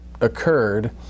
occurred